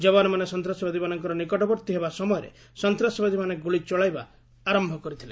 ଯବାନମାନେ ସନ୍ତାସବାଦୀମାନଙ୍କର ନିକଟବର୍ତ୍ତୀ ହେବା ସମୟରେ ସନ୍ତାସବାଦୀମାନେ ଗୁଳି ଚଳାଇବା ଆରମ୍ଭ କରିଥିଲେ